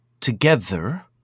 together